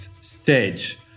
stage